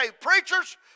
preachers